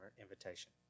invitation